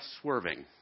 swerving